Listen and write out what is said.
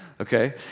okay